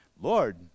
Lord